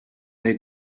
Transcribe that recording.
they